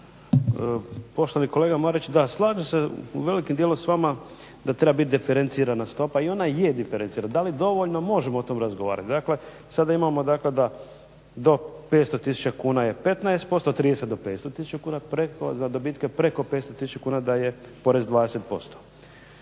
Poštovani kolega Marić, da slažem se u velikom dijelu s vama da treba biti diferencirana stopa i ona je diferencirana. Da li dovoljno možemo o tome razgovarati. Dakle, sada imamo, dakle da do 500 000 kuna je 15%, od 30 do 500000 kuna. Za dobitke preko 500000 kuna da je porez 20%.